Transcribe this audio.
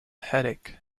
headache